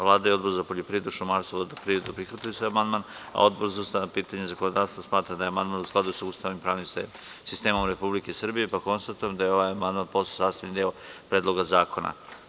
Vlada i Odbor za poljoprivredu, šumarstvo i vodoprivredu prihvatili su amandman, a Odbor za ustavna pitanja i zakonodavstvo smatra da je amandman u skladu sa Ustavom i pravnim sistemom Republike Srbije, pa konstatujem da je ovaj amandman postao sastavni deo Predloga zakona.